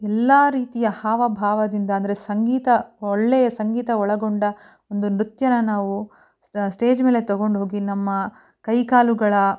ಎಲ್ಲ ರೀತಿಯ ಹಾವ ಭಾವದಿಂದ ಅಂದರೆ ಸಂಗೀತ ಒಳ್ಳೆಯ ಸಂಗೀತ ಒಳಗೊಂಡ ಒಂದು ನೃತ್ಯನ ನಾವು ಸ್ಟೇಜ್ ಮೇಲೆ ತಗೊಂಡೋಗಿ ನಮ್ಮ ಕೈ ಕಾಲುಗಳ